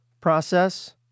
process